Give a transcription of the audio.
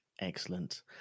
Excellent